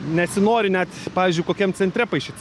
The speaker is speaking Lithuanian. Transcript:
nesinori net pavyzdžiui kokiam centre paišyt